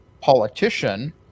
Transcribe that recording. politician